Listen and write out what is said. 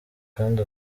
kandi